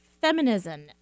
feminism